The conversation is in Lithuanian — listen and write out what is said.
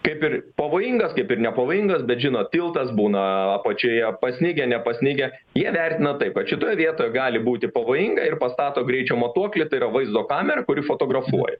kaip ir pavojingas kaip ir nepavojingas bet žinot tiltas būna apačioje pasnigę nepasnigę jie vertina taip kad šitoje vietoj gali būti pavojinga ir pastato greičio matuoklį tai yra vaizdo kamerą kuri fotografuoja